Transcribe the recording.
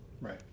right